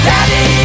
Daddy